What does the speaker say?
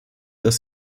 dass